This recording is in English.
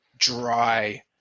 dry